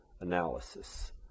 analysis